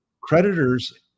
creditors